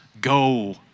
Go